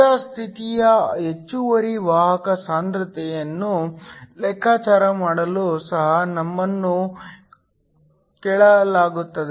ಸ್ಥಿರ ಸ್ಥಿತಿಯ ಹೆಚ್ಚುವರಿ ವಾಹಕ ಸಾಂದ್ರತೆಯನ್ನು ಲೆಕ್ಕಾಚಾರ ಮಾಡಲು ಸಹ ನಮ್ಮನ್ನು ಕೇಳಲಾಗುತ್ತದೆ